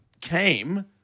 came –